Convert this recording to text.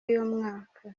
y’umwaka